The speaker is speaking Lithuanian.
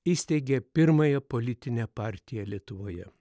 įsteigė pirmąją politinę partiją lietuvoje